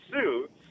suits